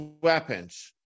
weapons